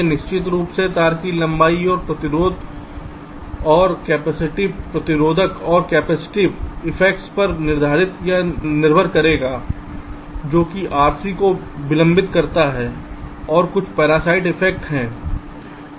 यह निश्चित रूप से तार की लंबाई और प्रतिरोध और कैपेसिटिव प्रतिरोधक और कैपेसिटिव इफेक्ट्स पर निर्धारित या निर्धारित किया जाएगा जो कि RC को विलंबित करता है और अन्य पैरासिटिक इफेक्ट्स ठीक है